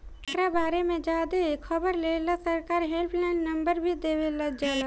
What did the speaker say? एकरा बारे में ज्यादे खबर लेहेला सरकार हेल्पलाइन नंबर भी देवल जाला